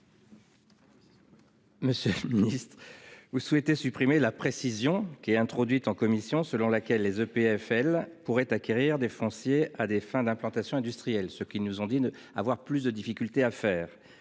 Monsieur le ministre, vous souhaitez supprimer la précision introduite en commission, selon laquelle les EPFL pourraient acquérir du foncier à des fins d'implantations industrielles, ce qu'ils nous ont déclaré avoir plus de difficultés à réaliser,